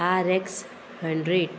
RX hundred